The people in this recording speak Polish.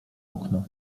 okno